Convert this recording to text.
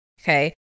okay